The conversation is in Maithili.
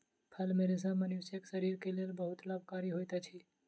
फल मे रेशा मनुष्यक शरीर के लेल बहुत लाभकारी होइत अछि